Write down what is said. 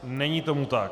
Není tomu tak.